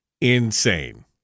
insane